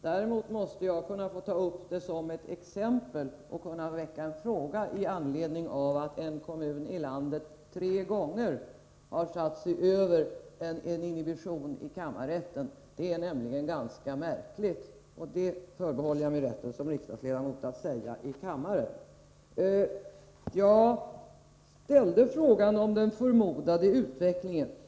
Däremot måste jag kunna få ta upp det som ett exempel och ställa en fråga i anledning av att en kommun i landet tre gånger har satt sig över en inhibition i kammarrätten. Det är nämligen ganska märkligt, och det förbehåller jag mig som riksdagsledamot rätten att säga i kammaren. Jag ställde frågan om den förmodade utvecklingen.